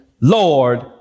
Lord